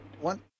one